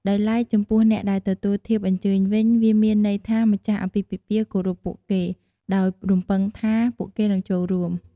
ដោយឡែកចំពោះអ្នកដែលទទួលធៀបអញ្ចើញវិញ វាមានន័យថា ម្ចាស់អាពាហ៍ពិពាហ៍គោរពពួកគេ ហើយរំពឹងថា ពួកគេនឹងចូលរួម។